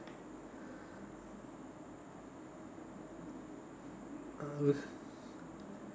um beca~